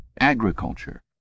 Agriculture